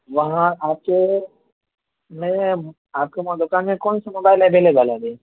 وہاں آپ کے میں آپ کے وہاں دکان میں کون سے موبائل اویلیبل ہیں ابھی